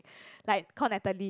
like called Natalie